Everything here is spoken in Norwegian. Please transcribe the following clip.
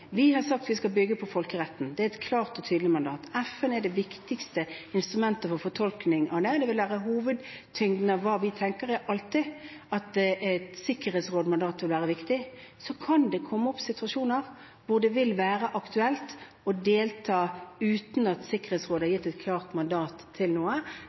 Vi har sagt at vi skal bygge på folkeretten. Det er et klart og tydelig mandat. FN er det viktigste instrumentet for fortolkning av det. Hovedtyngden i det vi tenker, vil alltid være at det er Sikkerhetsrådets mandat som vil være viktig. Så kan det komme situasjoner hvor det vil være aktuelt å delta uten at Sikkerhetsrådet har